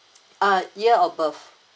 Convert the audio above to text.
ah year of birth